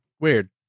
Weird